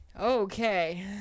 okay